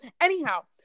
anyhow